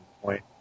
point